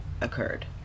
occurred